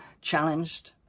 challenged